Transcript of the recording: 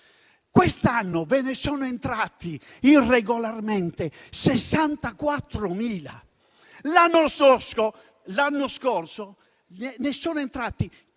Quest'anno ve ne sono entrati irregolarmente 64.000 e l'anno scorso ne sono entrati